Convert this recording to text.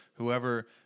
Whoever